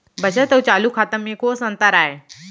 बचत अऊ चालू खाता में कोस अंतर आय?